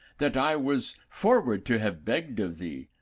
that i was forward to have begged of thee.